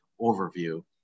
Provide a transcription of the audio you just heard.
overview